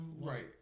Right